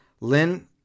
Lynn